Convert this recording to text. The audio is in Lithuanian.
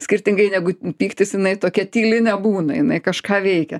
skirtingai negu pyktis jinai tokia tyli nebūna jinai kažką veikia